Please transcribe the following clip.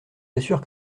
assure